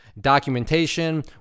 documentation